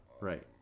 right